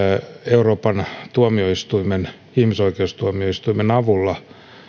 euroopan ihmisoikeustuomioistuimen avulla